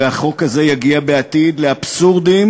והחוק הזה יגיע בעתיד לאבסורדים,